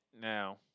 Now